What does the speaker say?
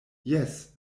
jes